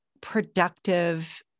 productive